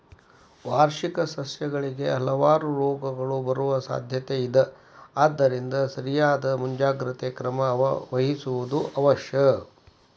ವಾರ್ಷಿಕ ಸಸ್ಯಗಳಿಗೆ ಹಲವಾರು ರೋಗಗಳು ಬರುವ ಸಾದ್ಯಾತೆ ಇದ ಆದ್ದರಿಂದ ಸರಿಯಾದ ಮುಂಜಾಗ್ರತೆ ಕ್ರಮ ವಹಿಸುವುದು ಅವಶ್ಯ